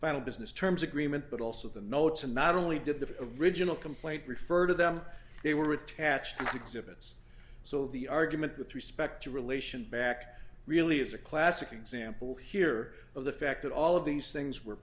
final business terms agreement but also the notes and not only did the original complaint refer to them they were attached exhibits so the argument with respect to relation back really is a classic example here of the fact that all of these things were